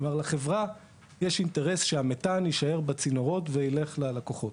לחברה יש אינטרס שהמתאן יישאר בצינורות ויילך ללקוחות.